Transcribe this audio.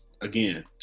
again